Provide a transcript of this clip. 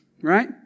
right